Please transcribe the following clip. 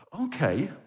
Okay